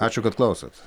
ačiū kad klausot